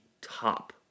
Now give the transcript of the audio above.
top